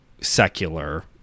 secular